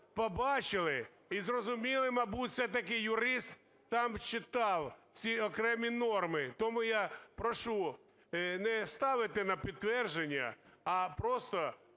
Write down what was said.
побачили і зрозуміли, мабуть, все-таки юрист там читав ці окремі норми. Тому я прошу не ставити на підтвердження, а просто